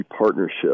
partnership